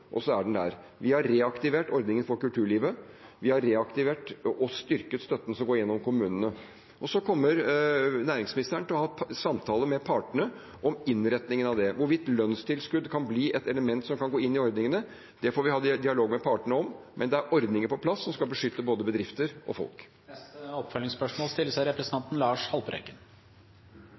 og så er den der. Vi har reaktivert ordningen for kulturlivet. Vi har reaktivert og styrket støtten som går gjennom kommunene. Og næringsministeren kommer til å ha samtaler med partene om innretningen av det. Hvorvidt lønnstilskudd kan bli et element som kan gå inn i ordningene, får vi ha dialog med partene om. Men det er ordninger på plass som skal beskytte både bedrifter og folk. Lars Haltbrekken – til oppfølgingsspørsmål.